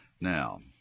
Now